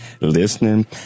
listening